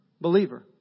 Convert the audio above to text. believer